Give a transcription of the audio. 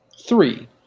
Three